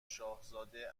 شاهزاده